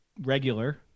Regular